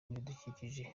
n’ibidukikije